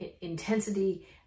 intensity